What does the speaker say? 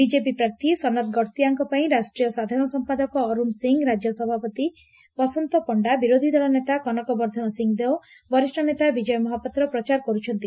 BJP ପ୍ରାର୍ଥୀ ସନ୍ ଗଡ଼ତିଆଙ୍କ ପାଇଁ ରାଷ୍ଟ୍ରୀୟ ସାଧାରଣ ସମ୍ପାଦକ ଅର୍ବଣ ସିଂହ ରାଜ୍ୟ ସଭାପତି ବସନ୍ତ ପଶ୍ଚା ବିରୋଧୀ ଦଳ ନେତା କନକ ବର୍ବ୍ଧନ ସିଂଦେଓ ବରିଷ୍ ନେତା ବିଜୟ ମହାପାତ୍ର ପ୍ରଚାର କରୁଛନ୍ତି